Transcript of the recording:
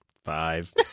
Five